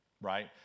right